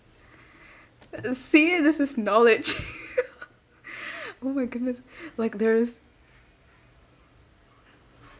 see this is knowledge oh my goodness like there is